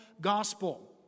gospel